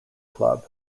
club